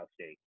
state